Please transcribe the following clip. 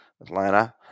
Atlanta